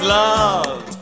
love